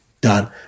Done